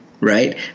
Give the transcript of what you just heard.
Right